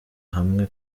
hamwe